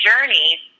journey